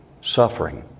Suffering